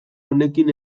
honekin